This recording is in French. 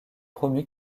promu